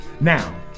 Now